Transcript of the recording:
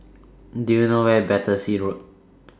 Do YOU know Where IS Battersea Road